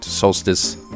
solstice